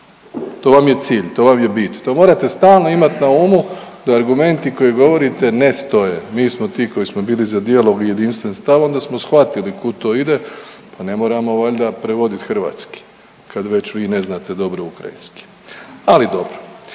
To vam je cilj, to vam je bit. To morate stalno imat na umu, da argumenti koji govorite ne stoje. Mi smo ti koji smo bili za dijalog i jedinstven stav onda smo shvatili kud to ide, pa ne moramo valjda prevodit hrvatski kad već vi ne znate dobro ukrajinski, ali dobro